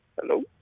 Hello